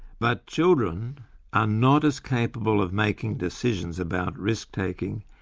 but children are not as capable of making decisions about risk-taking,